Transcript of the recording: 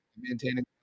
maintaining